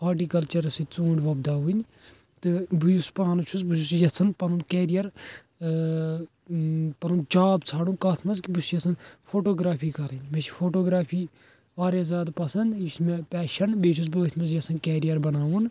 ہارٹِکَلچَرَس سۭتۍ ژونٛٹھۍ وۄبداوٕنۍ تہٕ بہٕ یُس پانہٕ چھُس بہٕ چھُس یہِ یَژھان پَنُن کیریر ٲں پَنُن جاب ژھانٛدُن کتھ مَنٛز کہِ بہٕ چھُس یَژھان فوٹوگرٛافی کَرٕنۍ مےٚ چھِ فوٹوگرٛافی واریاہ زیادٕ پَسَنٛد یہِ چھُ مےٚ پیشَن بیٚیہِ چھُس بہٕ أتھۍ مَنٛز یَژھان کیریر بناوُن